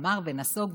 אמר ונסוג,